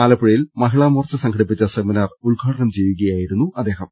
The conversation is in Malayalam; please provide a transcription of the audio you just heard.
ആലപ്പുഴയിൽ മഹിളാമോർച്ച സംഘടിപ്പിച്ച സെമി നാർ ഉദ്ഘാടനം ചെയ്യുകയായിരുന്നു അദ്ദേഹം